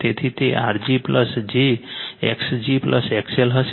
તેથી તે R g j X g XL હશે